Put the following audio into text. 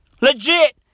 Legit